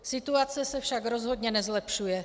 Situace se však rozhodně nezlepšuje.